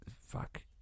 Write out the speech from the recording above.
fuck